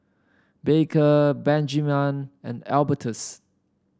Baker Benjiman and Albertus